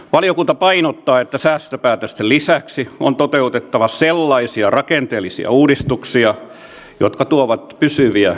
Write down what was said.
valiokunta painottaa että säästöpäätösten lisäksi on toteutettava sellaisia rakenteellisia uudistuksia jotka tuovat pysyviä kustannussäästöjä